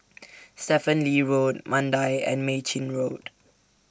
Stephen Lee Road Mandai and Mei Chin Road